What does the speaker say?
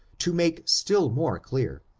to make still more clear,